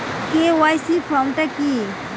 KYC form টা কি?